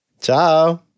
Ciao